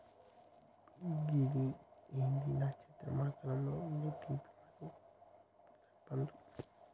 గిది ఏంది నచ్చత్రం ఆకారంలో ఉండే తీపి మరియు పుల్లనిపండు